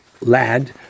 lad